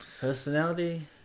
Personality